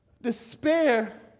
Despair